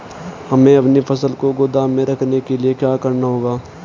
हमें अपनी फसल को गोदाम में रखने के लिये क्या करना होगा?